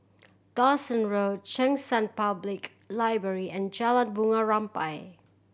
Dawson Road Cheng San Public Library and Jalan Bunga Rampai